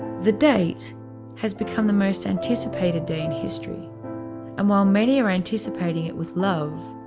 the date has become the most anticipated day in history and while many are anticipating it with love,